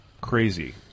crazy